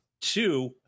Two